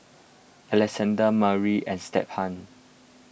Alexandra Murry and Stephan